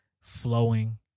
flowing